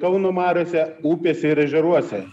kauno mariose upėse ir ežeruose